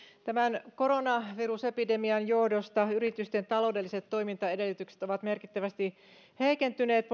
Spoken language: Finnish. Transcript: tämän koronavirusepidemian johdosta yritysten taloudelliset toimintaedellytykset ovat merkittävästi heikentyneet